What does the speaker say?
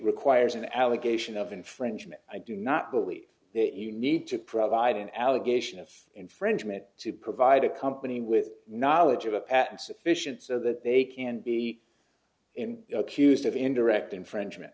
requires an allegation of infringement i do not believe that you need to provide an allegation of infringement to provide a company with knowledge of a patent sufficient so that they can be ques of indirect infringement